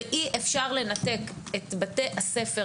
אי-אפשר לנתק את בתי-הספר,